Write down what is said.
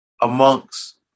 amongst